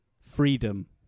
freedom